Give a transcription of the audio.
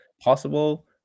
Possible